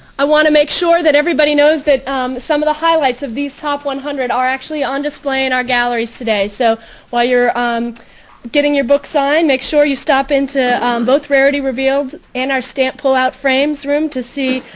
i want to make sure that everybody knows that some of the highlights of these top one hundred are actually on display in our galleries today. so while you're um getting your book signed make sure you stop into both rarity revealed and our stamp pull-out frames room to see,